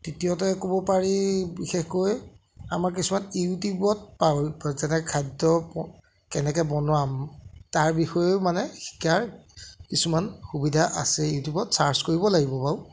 তৃতীয়তে ক'ব পাৰি বিশেষকৈ আমাৰ কিছুমান ইউটিউবত পাৰোঁ যেনেকৈ খাদ্য কেনেকৈ বনোৱা তাৰ বিষয়েও মানে শিকাৰ কিছুমান সুবিধা আছে ইউটিউবত ছাৰ্চ কৰিব লাগিব বাৰু